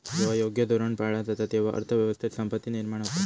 जेव्हा योग्य धोरण पाळला जाता, तेव्हा अर्थ व्यवस्थेत संपत्ती निर्माण होता